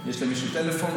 יש למישהו טלפון.